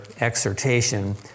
exhortation